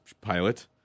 pilot